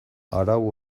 arau